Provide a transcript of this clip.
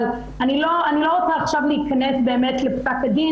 אבל אני לא רוצה עכשיו להיכנס לפסק הדין